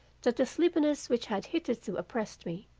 that the sleepiness which had hitherto oppressed me,